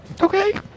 Okay